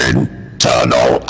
Internal